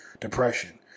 depression